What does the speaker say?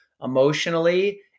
emotionally